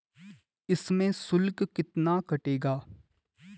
इसमें शुल्क कितना कटेगा?